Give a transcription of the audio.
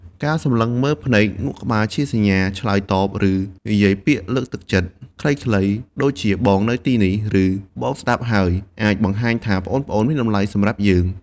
ការសម្លឹងមើលភ្នែក ងក់ក្បាលជាសញ្ញាឆ្លើយតប ឬនិយាយពាក្យលើកទឹកចិត្តខ្លីៗ ដូចជា បងនៅទីនេះ ឬ បងស្តាប់ហើយ អាចបង្ហាញថាប្អូនៗមានតម្លៃសម្រាប់យើង។